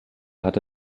hatte